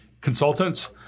consultants